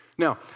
Now